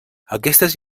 aquestes